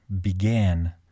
began